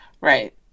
Right